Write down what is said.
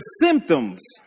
symptoms